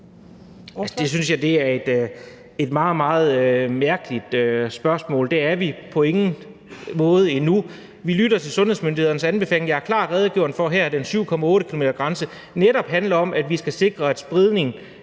Det synes jeg er et meget, meget mærkeligt spørgsmål. Der er vi på ingen måde endnu. Vi lytter til sundhedsmyndighedernes anbefalinger, og jeg har her klart redegjort for, at den 7,8-km-grænse netop handler om, at vi skal sikre, at smitten